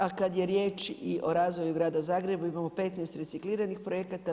A kada je riječ i o razvoju grada Zagreba imamo 15 recikliranih projekata.